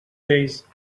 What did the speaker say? days